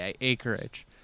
acreage